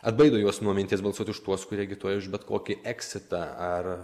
atbaido juos nuo minties balsuoti už tuos kurie agituoja už bet kokį eksitą ar